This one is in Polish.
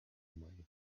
mojego